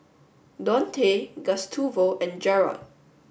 Dontae Gustavo and